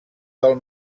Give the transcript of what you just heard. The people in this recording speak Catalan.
del